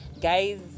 guys